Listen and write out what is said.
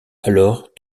alors